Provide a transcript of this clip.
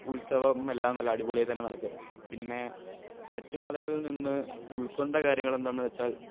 ഉത്സവം എല്ലാം തന്നെ നല്ല അടിപൊളി ആയിട്ട് തന്നെ നടക്കും പിന്നെ മറ്റു മതങ്ങളിൽ നിന്ന് ഉള്ക്കൊണ്ട കാര്യങ്ങളെന്തെന്ന് വെച്ചാൽ